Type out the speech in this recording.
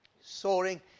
soaring